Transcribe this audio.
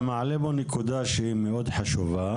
אתה מעלה פה נקודה שהיא מאוד חשובה,